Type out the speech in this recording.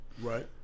Right